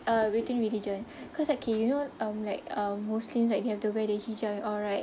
uh within religion cause like okay you know um like um muslims like they have to wear the hijab and all right